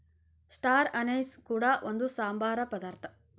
star anise ಕೂಡ ಒಂದು ಸಾಂಬಾರ ಪದಾರ್ಥ